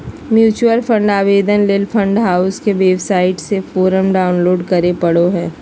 mutual fund आवेदन ले fund house के वेबसाइट से फोरम डाऊनलोड करें परो हय